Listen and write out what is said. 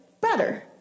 better